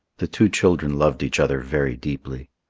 the two children loved each other very deeply.